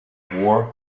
war